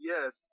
Yes